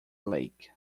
lake